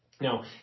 Now